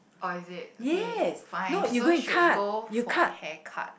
oh is it okay fine so should go for a haircut